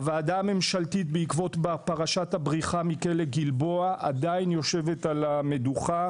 הוועדה הממשלתית בעקבות פרשת הבריחה מכלא גלבוע עדיין יושבת על המדוכה,